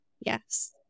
Yes